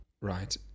right